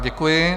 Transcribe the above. Děkuji.